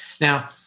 Now